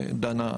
דנה,